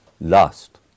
Last